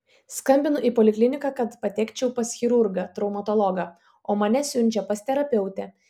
skambinu į polikliniką kad patekčiau pas chirurgą traumatologą o mane siunčia pas terapeutę